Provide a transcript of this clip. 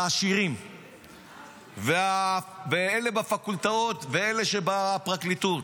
והעשירים ואלה בפקולטות ואלה שבפרקליטות.